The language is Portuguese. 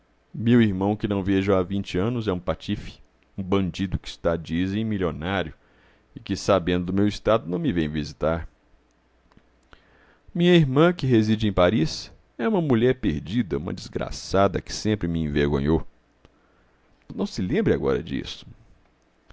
meu irmão que não vejo há vinte anos é um patife um bandido que está dizem milionário e que sabendo o meu estado não me vem visitar minha irmã que reside em paris é uma mulher perdida uma desgraçada que sempre me envergonhou não se lembre agora disso